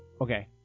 Okay